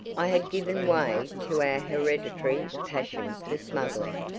i had given way to our hereditary passion for smuggling.